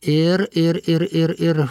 ir ir ir ir ir